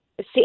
See